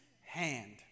hand